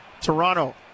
toronto